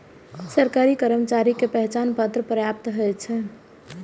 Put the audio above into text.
सरकारी कर्मचारी के पहचान पत्र पर्याप्त होइ छै